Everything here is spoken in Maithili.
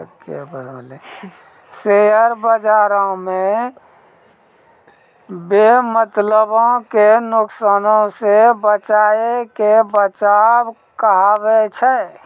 शेयर बजारो मे बेमतलबो के नुकसानो से बचैये के बचाव कहाबै छै